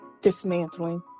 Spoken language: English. dismantling